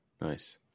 Nice